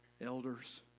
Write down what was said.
elders